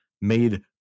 made